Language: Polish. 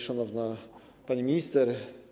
Szanowna Pani Minister!